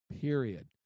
period